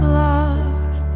love